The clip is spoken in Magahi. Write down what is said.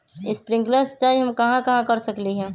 स्प्रिंकल सिंचाई हम कहाँ कहाँ कर सकली ह?